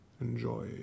Enjoy